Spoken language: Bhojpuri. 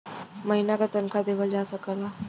महीने का तनखा देवल जा सकला